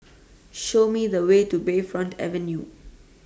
Show Me The Way to Bayfront Avenue